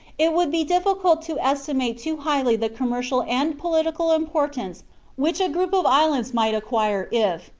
it would be difficult to estimate too highly the commercial and political importance which a group of islands might acquire if,